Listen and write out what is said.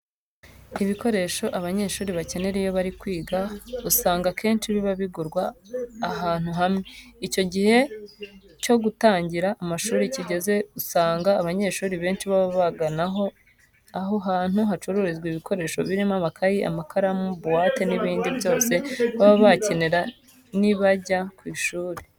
Ibikoresho abanyeshuri bakenera iyo bari kwiga usanga akenshi biba bigurirwa ahantu hamwe. Iyo igihe cyo gutangira amashuri kigeze usanga abanyeshuri benshi baba bagana aho hantu hacururizwa ibi bikoresho birimo amakayi, amakaramu, buwate n'ibindi byose baba bazakenera nibajya ku ishuri.